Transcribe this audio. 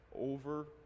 over